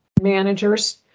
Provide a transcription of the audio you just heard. managers